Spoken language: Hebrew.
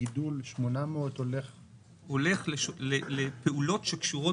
הגידול של 800 הולך ל --- הולך לפעולות שקשורות